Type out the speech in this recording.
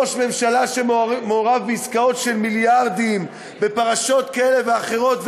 ראש ממשלה שמעורב בעסקאות של מיליארדים בפרשות כאלה ואחרות,